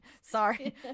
Sorry